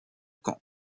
caen